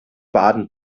baden